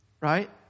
Right